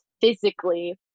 physically